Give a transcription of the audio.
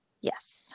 Yes